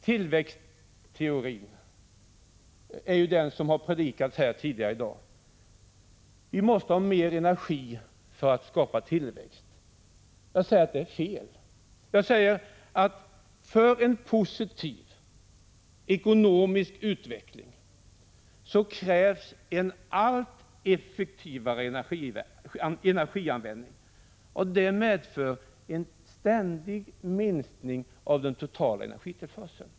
Tillväxtteorin har predikats tidigare här i dag. Vi måste ha mer energi för att skapa tillväxt, hävdar man. Jag säger att det är fel. För en positiv ekonomisk utveckling krävs en allt effektivare energianvändning. Detta medför en ständig minskning av den totala energitillförseln.